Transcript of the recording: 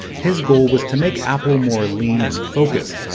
his goal was to make apple more lean and focused.